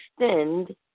extend